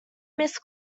miss